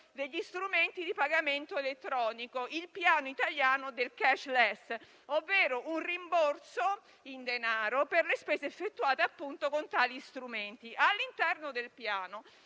degli strumenti di pagamento elettronico, il Piano Italia *cashless*, ovvero un rimborso in denaro per le spese effettuate con tali strumenti. All'interno del piano,